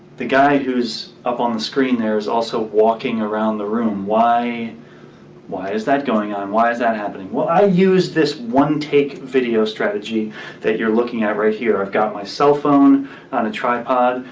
the guy who's up on the screen there is also walking around the room. why why is that going on, why is that happening? well i use this one take video strategy that you're looking at right here. i've got my cell phone on a tripod.